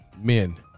men